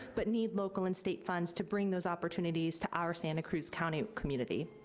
but need local and state funds to bring those opportunities to our santa cruz county community.